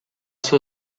sua